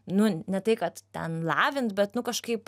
nu ne tai kad ten lavint bet nu kažkaip